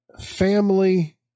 family